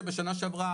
שבשנה שעברה,